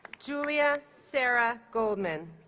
julia sarah goldman